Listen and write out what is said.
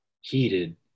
heated